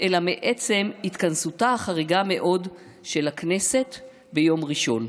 אלא מעצם התכנסותה החריגה מאוד של הכנסת ביום ראשון.